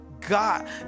God